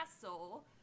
Castle